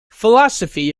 philosophy